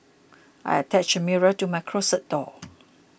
I attached a mirror to my closet door